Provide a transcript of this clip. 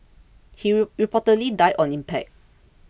he reportedly died on impact